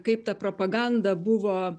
kaip ta propaganda buvo